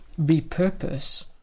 repurpose